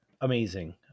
amazing